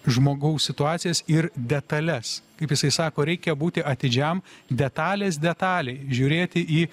žmogaus situacijas ir detales kaip jisai sako reikia būti atidžiam detalės detaliai žiūrėti į